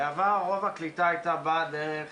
בעבר רוב הקליטה הייתה באה דרך